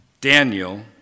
Daniel